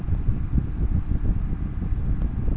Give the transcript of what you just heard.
এক বিঘা জমিতে বাধাকপি চাষ করতে কতটা পপ্রীমকন বীজ ফেলবো?